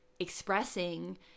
Expressing